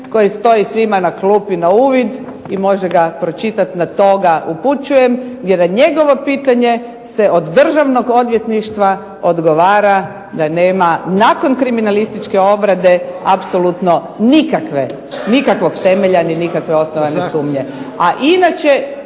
koje stoji svima na klupi na uvid i može ga pročitati na to ga upućujem, jer je njegovo pitanje se od Državnog odvjetništva odgovara da nema nakon kriminalističke obrade apsolutno nikakvog temelja ni nikakve osnovane sumnje.